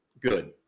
good